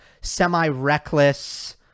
semi-reckless